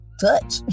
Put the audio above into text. touch